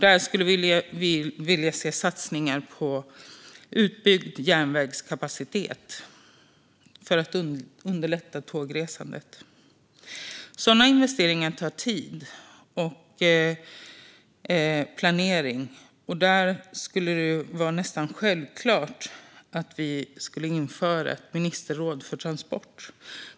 Där vill vi se satsningar på utbyggd järnvägskapacitet för att underlätta tågresandet. Sådana investeringar tar tid och kräver planering. Därför skulle vi självklart behöva införa ett ministerråd för transport.